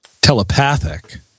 telepathic